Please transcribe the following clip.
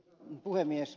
arvoisa puhemies